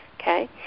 okay